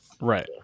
Right